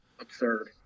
Absurd